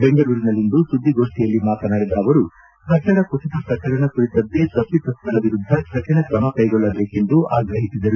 ಬೆಂಗಳೂರಿನಲ್ಲಿಂದು ಸುದ್ದಿಗೋಷ್ಠಿಯಲ್ಲಿ ಮಾತನಾಡಿದ ಅವರು ಕಟ್ಟಡ ಕುಸಿತ ಪ್ರಕರಣ ಕುರಿತಂತೆ ತಪ್ಪಿತಸ್ಥರ ವಿರುದ್ಧ ಕರಿಣ ಕ್ರಮ ಕೈಗೊಳ್ಳಬೇಕೆಂದು ಆಗ್ರಹಿಸಿದರು